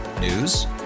News